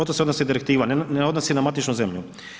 O to se odnosi direktiva, ne odnosi na matičnu zemlju.